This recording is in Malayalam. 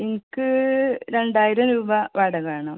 എനിക്ക് രണ്ടായിരം രൂപ വാടക വേണം